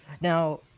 Now